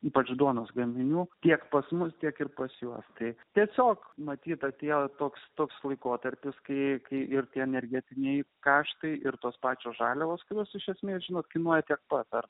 ypač duonos gaminių tiek pas mus tiek ir pas juos taip tiesiog matyt atėjo toks toks laikotarpis kai kai ir tie energetiniai kaštai ir tos pačios žaliavos kurios su šio milžino kainuoja tiek pat ar